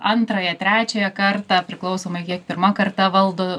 antrąją trečiąją kartą priklausomai kiek pirma karta valdo